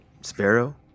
Sparrow